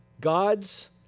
God's